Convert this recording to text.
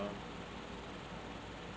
are